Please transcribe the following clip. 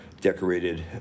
decorated